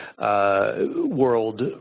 world